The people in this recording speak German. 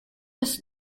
ist